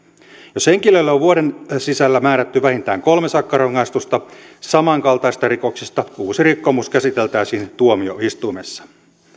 jos henkilölle on vuoden sisällä määrätty vähintään kolme sakkorangaistusta samankaltaisista rikoksista uusi rikkomus käsiteltäisiin tuomioistuimessa